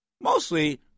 mostly